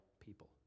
people